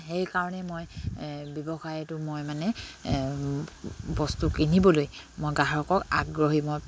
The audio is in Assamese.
সেইকাৰণে মই ব্যৱসায়টো মই মানে বস্তু কিনিবলৈ মই গ্ৰাহকক আগ্ৰহী মই